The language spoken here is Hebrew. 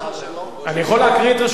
אני יכול להקריא את רשימת השמות.